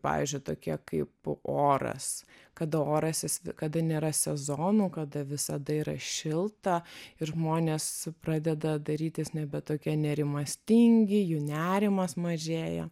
pavyzdžiui tokia kaip oras kada oras jis kada nėra sezonų kada visada yra šilta ir žmonės pradeda darytis nebe tokie nerimastingi jų nerimas mažėja